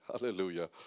Hallelujah